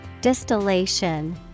Distillation